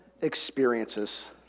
experiences